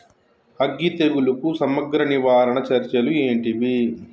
అగ్గి తెగులుకు సమగ్ర నివారణ చర్యలు ఏంటివి?